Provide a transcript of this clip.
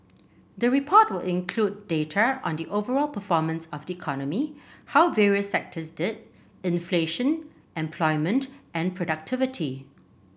the report will include data on the overall performance of the economy how various sectors did inflation employment and productivity